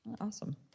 awesome